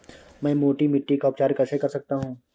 मैं मोटी मिट्टी का उपचार कैसे कर सकता हूँ?